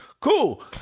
cool